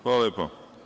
Hvala lepo.